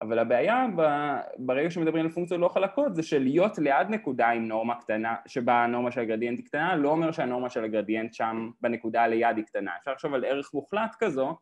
אבל הבעיה ברגע שמדברים על פונקציה ללא חלקות זה של להיות ליד נקודה עם נורמה קטנה שבה הנורמה של הגרדיאנט היא קטנה לא אומר שהנורמה של הגרדיאנט שם בנקודה ליד היא קטנה, אפשר לחשוב על ערך מוחלט כזו